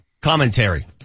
Commentary